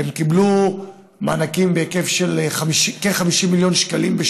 קיבלו מענקים בהיקף של כ-50 מיליון שקלים.